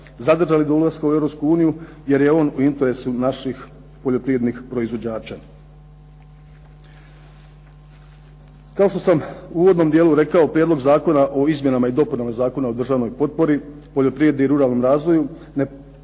zadržali do ulaska u Europsku uniju jer je on u interesu naših poljoprivrednih proizvođača. Kao što sam u uvodnom dijelu rekao, Prijedlog Zakona o izmjenama i dopunama Zakona o državnoj potpori poljoprivredi i ruralnom razvoju, ne